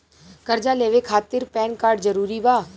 कर्जा लेवे खातिर पैन कार्ड जरूरी बा?